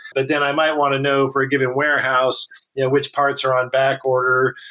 but then i might want to know for a given warehouse yeah which parts are on back order.